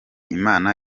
imana